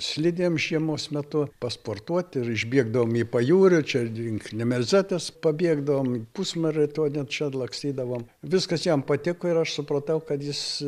slidėm žiemos metu pasportuoti ir išbėgdavom į pajūrį čia link nemelzetės pabėgdavom pusmaratonį čia lakstydavom viskas jam patiko ir aš supratau kad jis